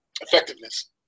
effectiveness